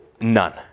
none